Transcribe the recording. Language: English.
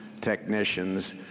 technicians